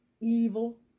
evil